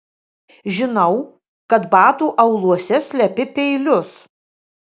žinau kad batų auluose slepi peilius